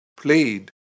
played